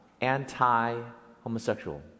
anti-homosexual